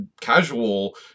casual